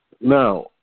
Now